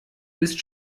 ist